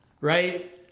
right